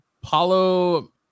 Paulo